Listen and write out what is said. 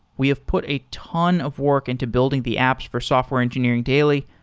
we have put a ton of work into building the apps for software engineering daily.